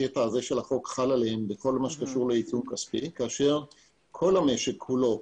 חל עליהן בכל הקשור לעיצום כספי כאשר כל המשק כולו,